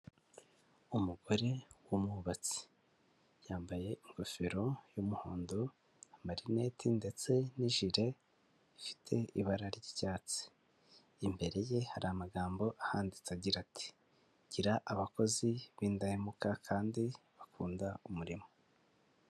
Umugore w'umwubatsi. Yambaye ingofero y'umuhondo, amarineti, ndetse n'ijire rifite ibara ry'icyatsi. Imbere ye hari amagambo ahanditse agira ati gira abakozi b'indahemuka kandi bakunda umurimo.